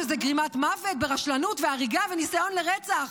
שזה גרימת מוות ברשלנות והריגה וניסיון לרצח,